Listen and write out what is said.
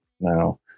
Now